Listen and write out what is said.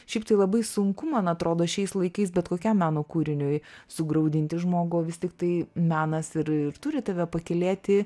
šiaip tai labai sunku man atrodo šiais laikais bet kokiam meno kūriniui sugraudinti žmogų o vis tiktai menas ir ir turi tave pakylėti